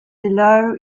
below